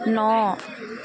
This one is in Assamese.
ন